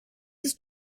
ist